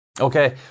Okay